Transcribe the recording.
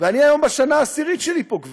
ואני היום כבר בשנה העשירית שלי פה,